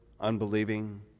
unbelieving